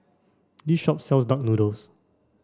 this shop sells duck noodle